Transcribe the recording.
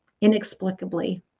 inexplicably